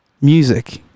music